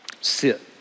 sit